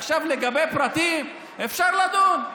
עכשיו, לגבי הפרטים, אפשר לדון.